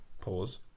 pause